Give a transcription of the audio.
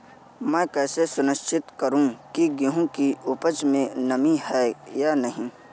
मैं कैसे सुनिश्चित करूँ की गेहूँ की उपज में नमी है या नहीं?